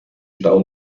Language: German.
stau